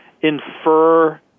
infer